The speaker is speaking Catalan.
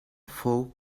fou